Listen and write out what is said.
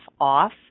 off